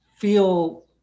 feel